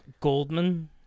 Goldman